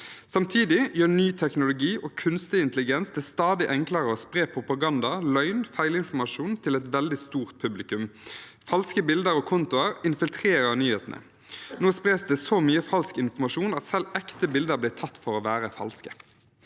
Samtidig gjør ny teknologi og kunstig intelligens det stadig enklere å spre propaganda, løgn og feilinformasjon til et veldig stort publikum. Falske bilder og kontoer infiltrerer nyhetene. Nå spres det så mye falsk informasjon at selv ekte bilder blir tatt for å være falske.